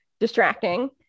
distracting